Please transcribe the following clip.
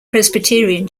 presbyterian